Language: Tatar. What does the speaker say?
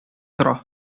тора